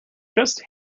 just